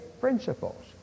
principles